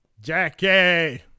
Jackie